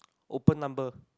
open number